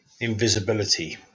invisibility